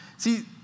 See